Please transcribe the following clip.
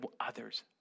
others